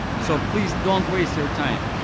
so please don't waste your time.